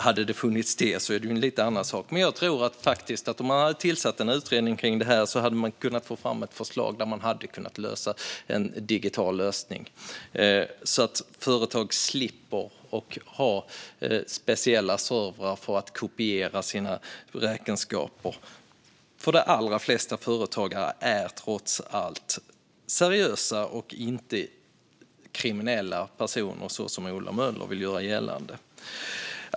Hade det funnits det hade varit en lite annan sak. Jag tror faktiskt att om man hade tillsatt en utredning om det här hade man kunnat få fram ett förslag på en digital lösning så att företag slipper ha särskilda servrar för att kopiera sina räkenskaper. De allra flesta företagare är trots allt seriösa och inte kriminella, så som Ola Möller vill göra gällande.